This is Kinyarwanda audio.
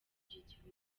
by’igihugu